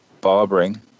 barbering